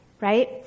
right